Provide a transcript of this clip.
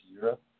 Europe